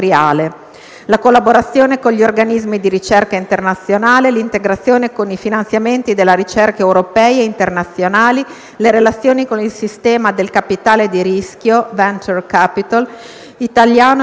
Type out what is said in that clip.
la collaborazione con gli organismi di ricerca internazionale, l'integrazione con i finanziamenti della ricerca europei e nazionali, le relazioni con il sistema del capitale di rischio *(venture capital*) italiano ed estero.